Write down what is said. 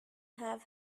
have